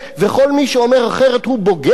וכל מי שאומר אחרת הוא בוגד,